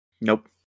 Nope